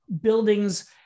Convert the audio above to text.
buildings